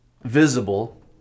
visible